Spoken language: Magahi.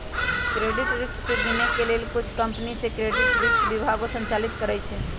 क्रेडिट रिस्क के गिनए के लेल कुछ कंपनि सऽ क्रेडिट रिस्क विभागो संचालित करइ छै